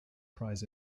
prize